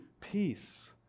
peace